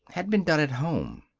had been done at home.